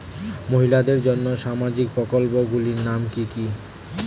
মহিলাদের জন্য সামাজিক প্রকল্প গুলির নাম কি কি?